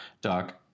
DOC